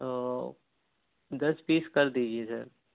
تو دس پیس کر دیجیے زر